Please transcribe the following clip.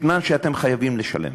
אתנן שאתם חייבים לשלם.